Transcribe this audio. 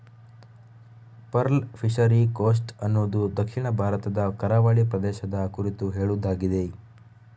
pearl fishery coast ಅನ್ನುದು ದಕ್ಷಿಣ ಭಾರತದ ಕರಾವಳಿ ಪ್ರದೇಶದ ಕುರಿತು ಹೇಳುದಾಗಿದೆ